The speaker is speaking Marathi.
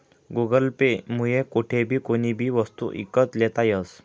गुगल पे मुये कोठेबी कोणीबी वस्तू ईकत लेता यस